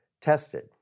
tested